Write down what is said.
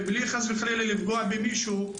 ובלי חס וחלילה לפגוע במישהו.